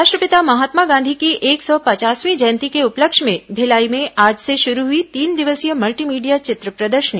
राष्ट्रपिता महात्मा गांधी की एक सौ पचासवीं जयंती के उपलक्ष्य में भिलाई में आज से शुरू हुई तीन दिवसीय मल्टीमीडिया चित्र प्रदर्शनी